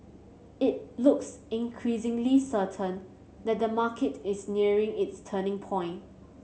it looks increasingly certain that the market is nearing its turning point